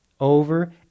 over